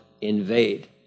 invade